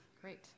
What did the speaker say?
great